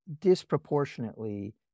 disproportionately